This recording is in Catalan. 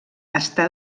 està